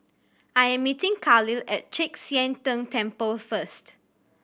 I am meeting Kahlil at Chek Sian Tng Temple first